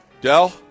Dell